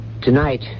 Tonight